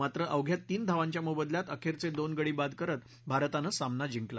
मात्र अवघ्या तीन धावांच्या मोबदल्यात अखेरचे दोन गडी बाद करत भारतानं सामना जिंकला